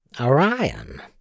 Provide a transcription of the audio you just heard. Orion